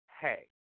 hey